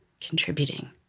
contributing